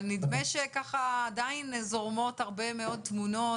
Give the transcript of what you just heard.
אבל נדמה שככה עדיין זורמות הרבה מאוד תמונות